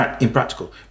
impractical